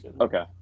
Okay